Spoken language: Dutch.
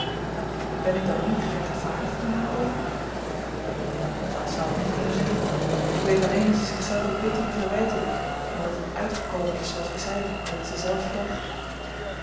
ben ik dan nu gerechtvaardigd in hare oogen dat zou ik niet kunnen zeggen ik weet alleen dat zij zich zelve bittere verwijten doet en dat het uitgekomen is zooals ik zeide reeds denzelfden dag